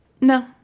No